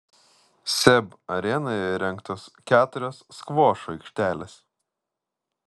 seb arenoje įrengtos keturios skvošo aikštelės